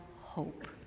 hope